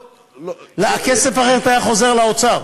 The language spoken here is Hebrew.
הכסף הרי חוזר לאוצר.